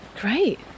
Great